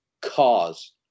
Cars